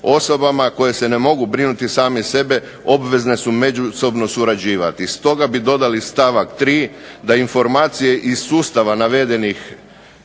osobama koje se ne mogu brinuti same za sebe obvezne su međusobno surađivati. Stoga bi dodali stavak 3., da informacije iz sustava navedenih